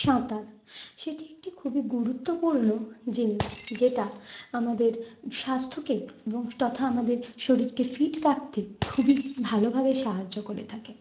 সাঁতার সেটি একটি খুবই গুরুত্বপূর্ণ জিনিস যেটা আমাদের স্বাস্থ্যকে এবং তথা আমাদের শরীরকে ফিট রাখতে খুবই ভালোভাবে সাহায্য করে থাকে